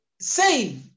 save